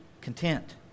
content